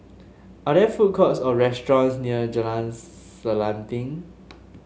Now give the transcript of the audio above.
are there food courts or restaurants near Jalan Selanting